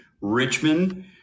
Richmond